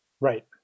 right